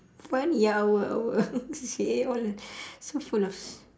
funny ah our our C_C_A all so full of